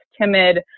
timid